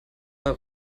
der